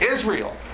Israel